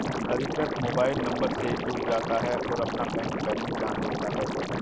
अधिकृत mobile number से जुड़ जाता है और अपना बैंक बेलेंस जान लेता है